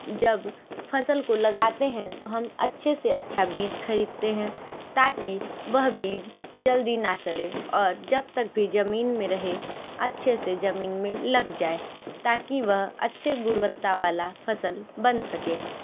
जब फसल को लगाते हैं तो हम अच्छे से अच्छा बीज खरीदते हैं ताकि वह बीज जल्दी ना सडे़ और जब तक भी जमीन में रहे अच्छे से जमीन में लग जाए ताकि वह अच्छे गुणवत्ता वाला फसल बन सके